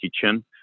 kitchen